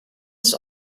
ist